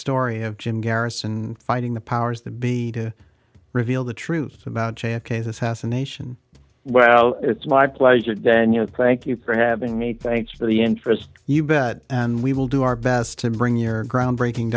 story of jim garrison fighting the powers that be to reveal the truth about j f k this has a nation well it's my pleasure daniel thank you for having me thanks for the interest you bet and we will do our best to bring your groundbreaking